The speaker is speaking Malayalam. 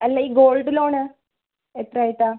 അല്ല ഈ ഗോൾഡ് ലോൺ എത്ര ആയിട്ടാ